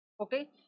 Okay